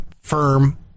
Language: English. firm